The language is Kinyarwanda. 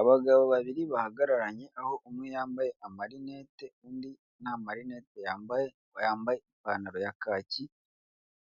Abagabo babiri bahagararanye, aho umwe yambaye amarinete undi nta marinete yambaye, yambaye ipantaro ya kaki